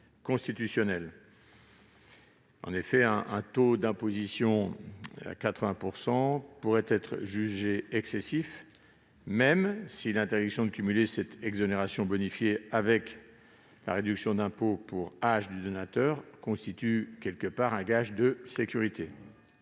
constitutionnel. En effet, un taux d'exonération de 90 % pourrait être jugé excessif, même si l'interdiction de cumuler cette exonération bonifiée avec la réduction d'impôt pour âge du donateur constitue en quelque sorte un gage de sécurité.